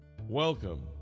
Welcome